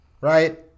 right